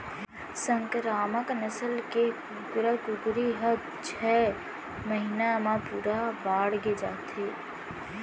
संकरामक नसल के कुकरा कुकरी ह छय महिना म पूरा बाड़गे जाथे